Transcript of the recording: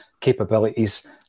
capabilities